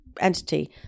entity